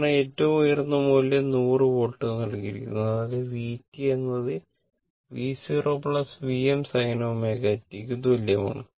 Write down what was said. കാരണം ഏറ്റവും ഉയർന്ന മൂല്യം 100 വോൾട്ട് നൽകിയിരിക്കുന്നു അതായത് vt എന്നത് V0 Vm sin ω t ന് തുല്യമാണ്